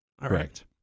Correct